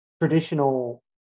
traditional